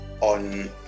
on